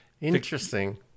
Interesting